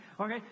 Okay